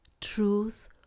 truth